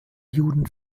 juden